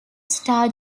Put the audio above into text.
star